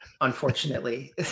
Unfortunately